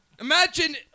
imagine